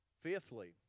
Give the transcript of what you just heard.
Fifthly